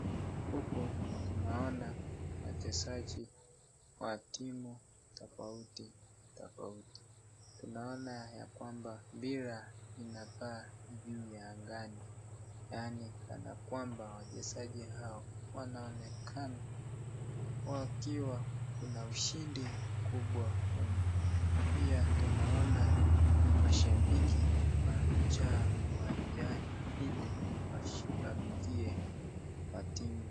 Huku ninaona wachezaji wa timu tofauti tofauti. Tunaona ya kwamba mpira inabaa juu ya angani kana kwamba wachezaji hawa wanaonekana wakiwa na ushindi kubwa humu. Pia tunaona mashabiki wamejaa uwanjani ili wapikie kwa timu.